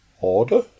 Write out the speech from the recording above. Order